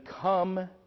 come